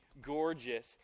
gorgeous